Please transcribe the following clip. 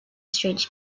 strange